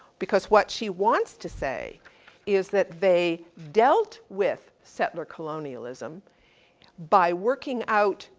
because what she wants to say is that they dealt with settler colonialism by working out,